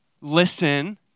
Listen